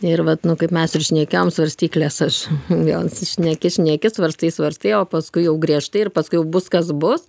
ir vat nu kaip mes ir šnekėjom svarstyklės aš vėl šneki šneki starstai svarstai o paskui jau griežtai ir paskui jau bus kas bus